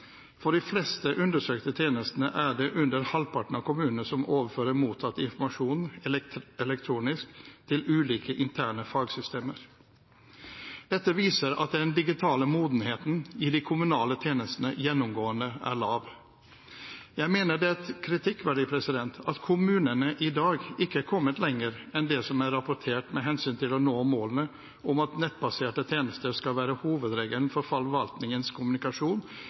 For de fleste undersøkte tjenestene er det under halvparten av kommunene som overfører mottatt informasjon elektronisk til ulike interne fagsystemer. Dette viser at den digitale modenheten i de kommunale tjenestene gjennomgående er lav. Jeg mener at det er kritikkverdig at kommunene i dag ikke er kommet lenger enn det som er rapportert med hensyn til å nå målene om at nettbaserte tjenester skal være hovedregelen for forvaltningens kommunikasjon